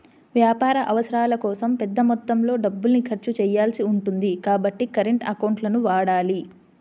వ్యాపార అవసరాల కోసం పెద్ద మొత్తంలో డబ్బుల్ని ఖర్చు చేయాల్సి ఉంటుంది కాబట్టి కరెంట్ అకౌంట్లను వాడాలి